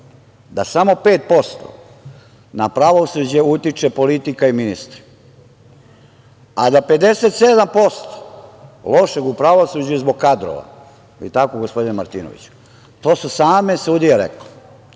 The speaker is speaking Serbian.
da samo 5% na pravosuđe utiče politika i ministri, a da 57% lošeg u pravosuđu je zbog kadrova. Jel tako, gospodine Martinoviću? To su same sudije